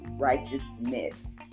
Righteousness